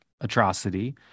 atrocity